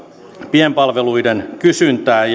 pienpalveluiden kysyntää